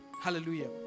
Hallelujah